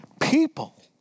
People